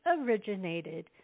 originated